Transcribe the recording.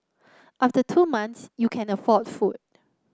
after two months you can afford food